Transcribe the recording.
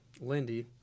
Lindy